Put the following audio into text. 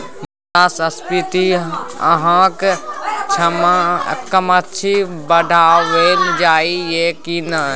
मुद्रास्फीति अहाँक कक्षामे पढ़ाओल जाइत यै की नै?